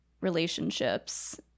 relationships